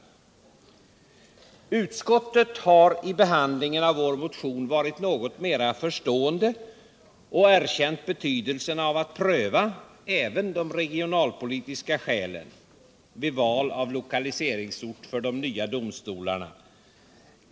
Utskottet har vid behandlingen av vår motion varit något mera förstående och erkänt betydelsen av att man prövar även de regionalpolitiska skälen vid val av lokaliseringsort för de nya domstolarna.